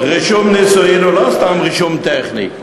רישום נישואין הוא לא סתם רישום טכני.